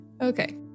Okay